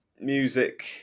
Music